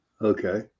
Okay